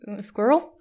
Squirrel